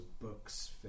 books